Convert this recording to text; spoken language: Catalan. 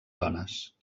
dones